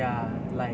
ya like